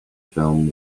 film